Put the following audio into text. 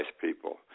people